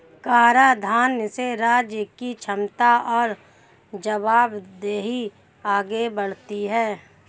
कराधान से राज्य की क्षमता और जवाबदेही आगे बढ़ती है